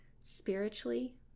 Spiritually